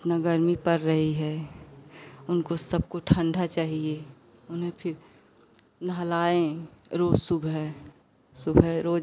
इतना गरमी पड़ रही है उनको सबको ठंडा चहिए उन्हें फिर नहलाएँ रोज़ सुबह सुबह रोज़